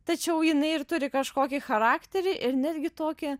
tačiau jinai ir turi kažkokį charakterį ir netgi tokį